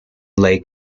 lake